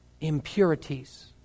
impurities